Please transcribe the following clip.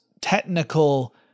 technical